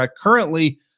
currently